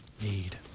need